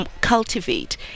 cultivate